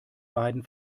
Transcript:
beiden